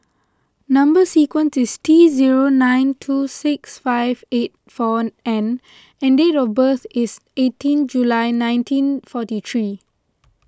Number Sequence is T zero nine two six five eight four N and date of birth is eighteen July nineteen forty three